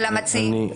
של המציעים.